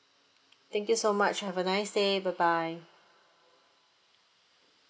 thank you so much have a nice day bye bye